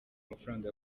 amafaranga